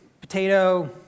potato